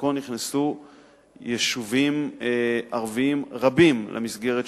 דרכו נכנסו יישובים ערביים רבים למסגרת,